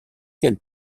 quelle